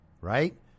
Right